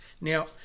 Now